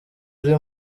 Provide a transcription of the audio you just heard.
uri